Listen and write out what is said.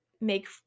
make